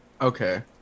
Okay